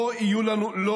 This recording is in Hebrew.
אני